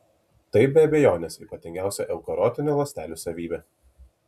tai be abejonės ypatingiausia eukariotinių ląstelių savybė